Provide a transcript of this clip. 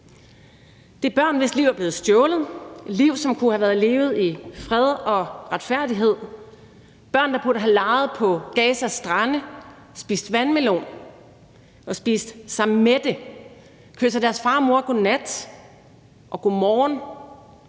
Det er børn, hvis liv er blevet stjålet; liv, som kunne have været levet i fred og retfærdighed; børn, der burde have leget på Gazas strande, spist vandmelon og spist sig mætte, kysset deres far og mor godnat og godmorgen